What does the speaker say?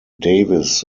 davies